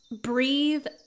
breathe